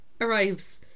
arrives